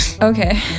okay